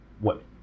women